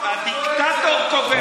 הדיקטטור קובע.